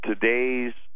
Today's